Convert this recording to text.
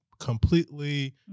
completely